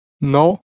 No